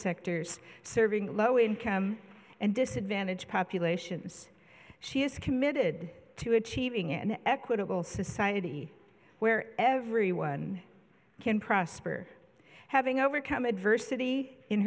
sectors serving low income and disadvantaged populations she is committed to achieving an equitable society where everyone can prosper having overcome adversity in